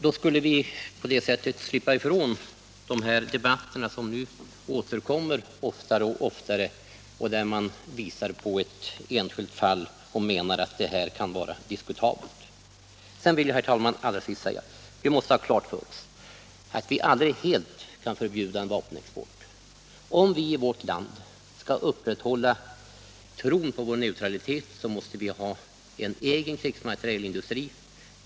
Då skulle vi slippa ifrån de här debatterna —- som nu återkommer oftare och oftare — där man visar upp ett enskilt fall och menar att det kan vara diskutabelt. Allra sist, herr talman, vill jag betona att vi måste ha klart för oss att vi aldrig helt kan förbjuda vapenexport. Om vi i vårt land skall upprätthålla tron på vår neutralitet, måste vi ha en egen krigsmaterielindustri.